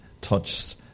touched